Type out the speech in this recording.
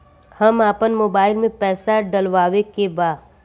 हम आपन मोबाइल में पैसा डलवावे के बा?